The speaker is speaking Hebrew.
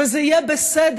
וזה יהיה בסדר.